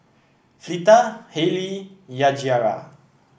Fleeta Hailee Yajaira